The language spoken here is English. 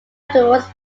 afterwards